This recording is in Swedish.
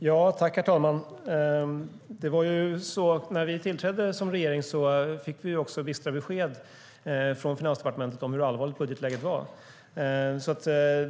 Herr talman! När vi tillträdde som regering fick vi bistra besked från Finansdepartementet om hur allvarligt budgetläget var.